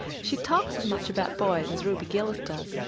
she talks as much about boys as ruby gillis does.